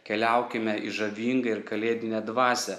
keliaukime į žavingą ir kalėdine dvasia